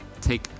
take